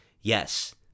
yes